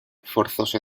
forzoso